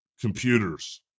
Computers